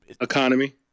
Economy